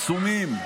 עצומים,